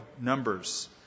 Numbers